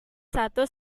satu